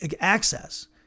access